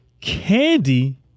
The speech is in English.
candy